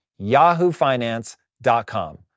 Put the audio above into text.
yahoofinance.com